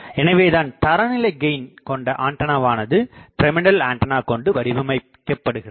எனவேதான் தரநிலை கெயின் கொண்ட ஆண்டனாவானது பிரமிடல் ஆண்டனா கொண்டு வடிவமைக்கபடுகிறது